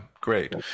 great